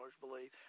believe